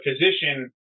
position